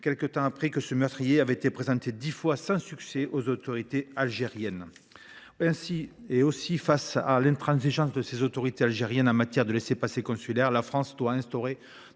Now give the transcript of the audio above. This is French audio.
appris, depuis, que ce meurtrier avait été présenté dix fois sans succès aux autorités algériennes. Aussi, face à l’intransigeance des autorités algériennes en matière de laissez passer consulaires, la France doit elle instaurer